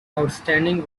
outstanding